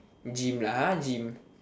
gym lah !huh! gym